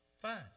Fine